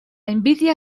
envidia